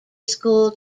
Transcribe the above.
school